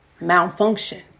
malfunction